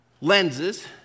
lenses